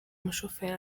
umushoferi